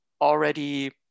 already